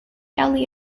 alley